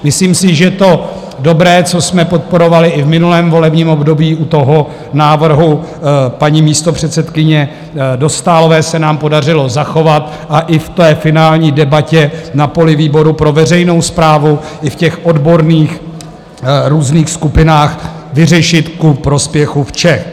Myslím si, že to dobré, co jsme podporovali i v minulém volebním období u návrhu paní místopředsedkyně Dostálové, se nám podařilo zachovat a i v té finální debatě na poli výboru pro veřejnou správu i v odborných různých skupinách vyřešit ku prospěchu všech.